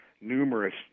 numerous